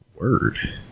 word